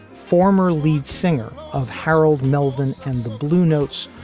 former lead singer of harold melvin and the blue notes,